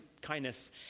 kindness